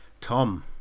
Tom